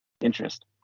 interest